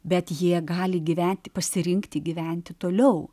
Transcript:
bet jie gali gyventi pasirinkti gyventi toliau